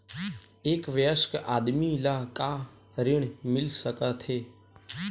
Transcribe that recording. एक वयस्क आदमी ल का ऋण मिल सकथे?